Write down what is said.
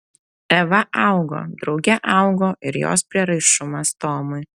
eva augo drauge augo ir jos prieraišumas tomui